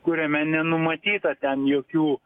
kuriame nenumatyta ten jokių